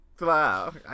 Wow